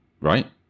right